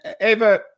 Ava